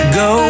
go